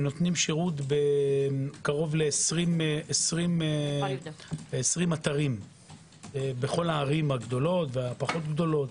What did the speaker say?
נותנים שירות קרוב לעשרים אתרים בכל הערים הגדולות והפחות גדולות.